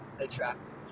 attractive